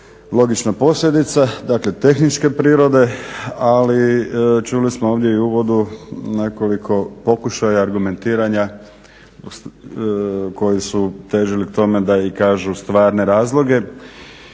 logična posljedica. Dakle, tehničke prirode. Ali čuli smo ovdje i u uvodu nekoliko pokušaja argumentiranja koji su težili k tome da i kažu stvarne razloge